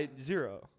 Zero